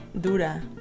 dura